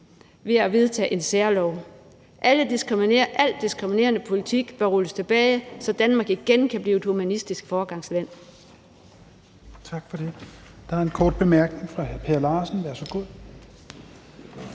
ved at vedtage en særlov. Al diskriminerende politik bør rulles tilbage, så Danmark igen kan blive et humanistisk foregangsland.«